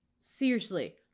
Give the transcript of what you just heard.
seriously.